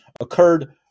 occurred